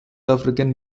african